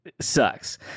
sucks